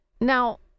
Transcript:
Now